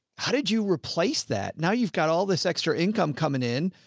how did you replace that? now you've got all this extra income coming in,